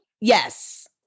Yes